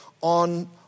on